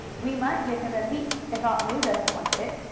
we might give him a piece, if aunt lu doesn't want it.